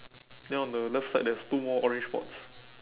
then on the left side there's two more orange spots